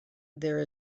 there